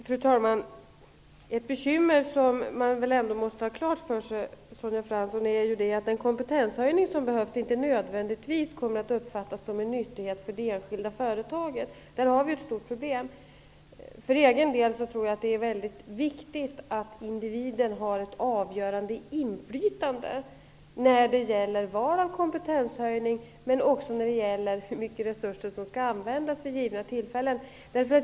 Fru talman! Ett bekymmer som man väl ändå måste ha klart för sig, Sonja Fransson, är att den kompetenshöjning som blir aktuell inte nödvändigtvis kommer att uppfattas som en nyttighet för det enskilda företaget. Där har vi ett stort problem. För egen del tror jag att det är mycket viktigt att individen har ett avgörande inflytande på valet av kompetenshöjning och på hur mycket resurser som skall användas vid givna tillfällen.